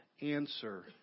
answer